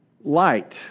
light